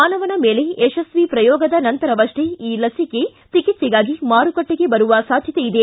ಮಾನವನ ಮೇಲೆ ಯಶಸ್ವಿ ಪ್ರಯೋಗದ ನಂತರವಷ್ಷೇ ಈ ಲಭಿಕೆ ಚಿಕಿತ್ಸೆಗಾಗಿ ಮಾರುಕಟ್ಟಿಗೆ ಬರುವ ಸಾಧ್ಯತೆ ಇದೆ